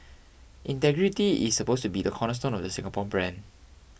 integrity is supposed to be the cornerstone of the Singapore brand